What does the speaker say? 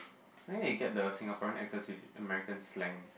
where you get the Singaporean actors with American slang